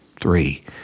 three